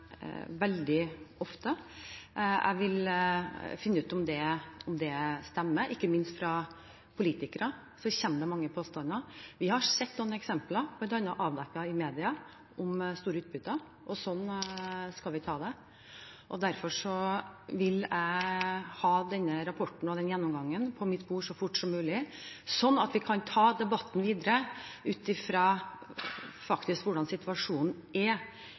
Jeg vil finne ut om det stemmer. Ikke minst fra politikere kommer det mange påstander. Vi har sett noen eksempler, bl.a. avdekket i media, om store utbytter. Sånn skal vi ikke ha det, og derfor vil jeg ha denne rapporten og den gjennomgangen på mitt bord så fort som mulig, så vi kan ta debatten videre ut fra hvordan situasjonen faktisk er